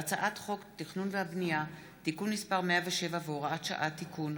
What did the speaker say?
והצעת חוק התכנון והבנייה (תיקון מס' 107 והוראת שעה) (תיקון),